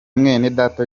mwenedata